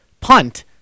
punt